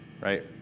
right